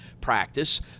practice